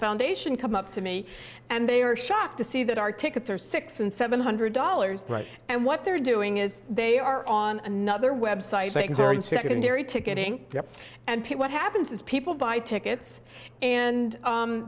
foundation come up to me and they are shocked to see that our tickets are six and seven hundred dollars right and what they're doing is they are on another website things are in secondary ticketing and pit what happens is people buy tickets and